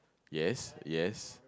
yes